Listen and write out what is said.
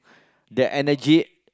the energy